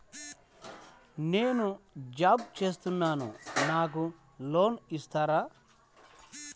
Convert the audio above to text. నేను జాబ్ చేస్తున్నాను నాకు లోన్ ఇస్తారా?